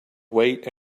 wait